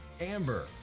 Amber